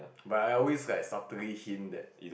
but I always like subtly hint that